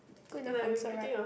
good enough answer right